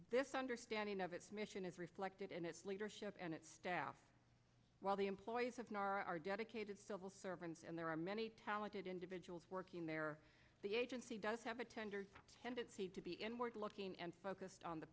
this understanding of its mission is reflected in its leadership and its staff while the employees of nahr are dedicated servants and there are many talented individuals working there the agency does have a tender tendency to be inward looking and focused on the